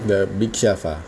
the big shelf ah